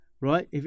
Right